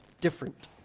Different